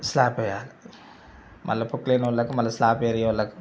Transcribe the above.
slab వేయాలి మళ్ళా Poclain వాళ్ళకి మళ్ళా స్లాప్ ఏరియా వాళ్ళకి